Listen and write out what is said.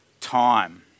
time